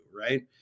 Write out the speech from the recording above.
right